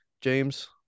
james